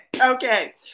Okay